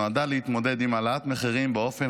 נועדה להתמודד עם העלאת מחירים באופן